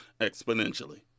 exponentially